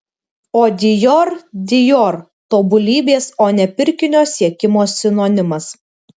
o dior dior tobulybės o ne pirkinio siekimo sinonimas